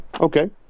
Okay